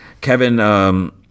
Kevin